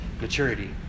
maturity